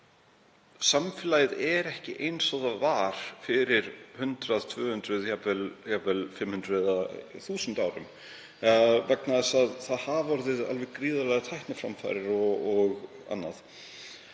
að samfélagið er ekki eins og það var fyrir 100, 200, jafnvel 500 eða 1000 árum, vegna þess að það hafa orðið alveg gríðarlegar tækniframfarir og annað.